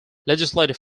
legislative